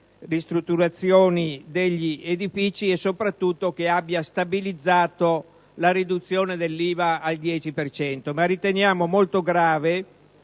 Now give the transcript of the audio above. ristrutturazioni degli edifici e soprattutto che abbia stabilizzato la riduzione dell'IVA al 10 per cento. Riteniamo molto grave